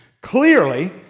Clearly